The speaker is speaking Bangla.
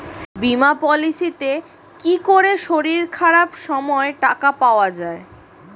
বীমা পলিসিতে কি করে শরীর খারাপ সময় টাকা পাওয়া যায়?